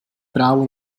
právo